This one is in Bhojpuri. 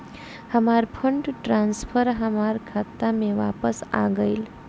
हमार फंड ट्रांसफर हमार खाता में वापस आ गइल